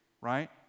Right